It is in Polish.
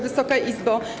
Wysoka Izbo!